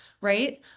right